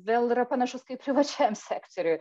vėl yra panašus kaip privačiajam sektoriuj